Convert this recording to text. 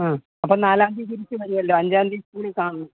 ആ അപ്പോള് നാലാം തീയതി തിരിച്ചു വരുമല്ലോ അഞ്ചാം തീയതി സ്കൂളില് കാണണം